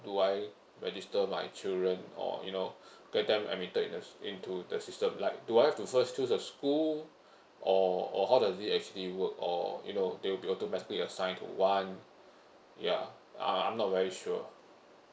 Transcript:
do I register my children or you know get them admitted in the sch~ into the system like do I have to first choose a school or or how does it actually work or you know they will be automatically assign to one ya I I'm not very sure